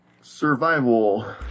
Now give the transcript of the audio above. Survival